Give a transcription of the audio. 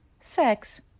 sex